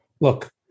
Look